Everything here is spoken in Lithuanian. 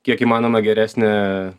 kiek įmanoma geresne